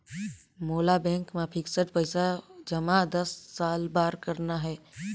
मोला बैंक मा फिक्स्ड पइसा जमा दस साल बार करना हे?